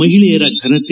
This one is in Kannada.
ಮಹಿಳೆಯರ ಘನತೆ